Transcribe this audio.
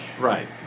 Right